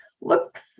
looks